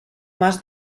mas